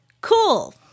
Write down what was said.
Cool